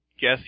guess